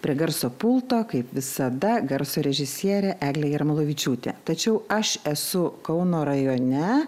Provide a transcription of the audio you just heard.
prie garso pulto kaip visada garso režisierė eglė jarmolovičiūtė tačiau aš esu kauno rajone